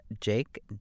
Jake